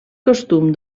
costum